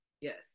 Yes